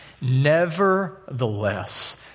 Nevertheless